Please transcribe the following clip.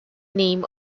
name